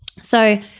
So-